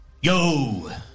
Yo